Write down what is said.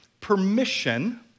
permission